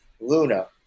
Luna